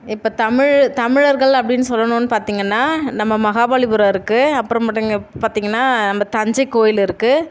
இப்போ தமிழ் தமிழர்கள் அப்படின்னு சொல்லணும்ன்னு பார்த்தீங்கன்னா நம்ம மகாபலிபுரம் இருக்குது அப்புறமேட்டு இங்கே பார்த்தீங்கன்னா நம்ம தஞ்சைக் கோவில் இருக்குது